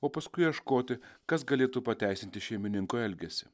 o paskui ieškoti kas galėtų pateisinti šeimininko elgesį